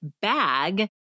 bag